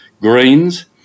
greens